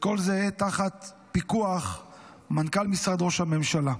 וכל זה תחת פיקוח מנכ"ל משרד ראש הממשלה.